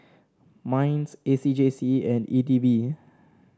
Minds A C J C and E D B